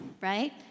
right